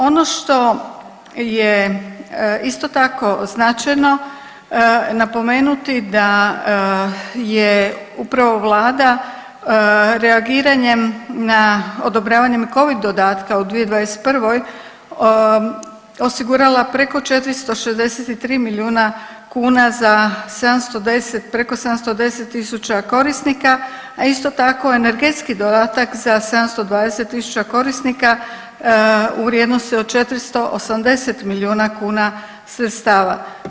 Ono što je isto tako značajno napomenuti, da je upravo Vlada reagiranjem na odobravanjem Covid dodatka u 2021. osigurala preko 463 milijuna kuna za 710, preko 710 tisuća korisnika, a isto tako, energetski dodatak za 720 tisuća korisnika u vrijednosti od 480 milijuna kuna sredstava.